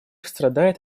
страдает